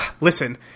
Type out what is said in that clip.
listen